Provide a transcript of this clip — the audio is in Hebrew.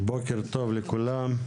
בוקר טוב לכולם,